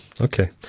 okay